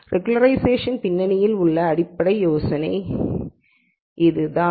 ரெகுலராய்சேஷன்லின் பின்னணியில் உள்ள அடிப்படை யோசனை இதுதான்